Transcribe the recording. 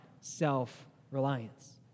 self-reliance